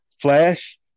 flash